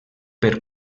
per